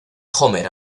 homer